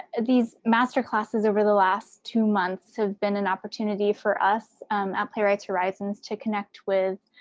these master classes over the last two months have been an opportunity for us at playwrights horizons to connect with